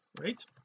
right